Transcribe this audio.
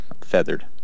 feathered